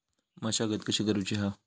मशागत कशी करूची हा?